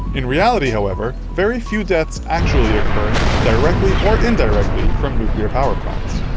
in reality, however, very few deaths actually occur directly or indirectly from nuclear power plants.